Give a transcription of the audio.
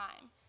time